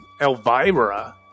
Elvira